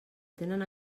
tenen